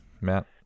Matt